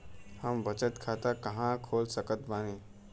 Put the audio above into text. हम बचत खाता कहां खोल सकत बानी?